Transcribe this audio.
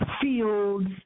fields